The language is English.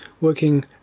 working